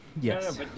yes